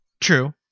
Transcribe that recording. true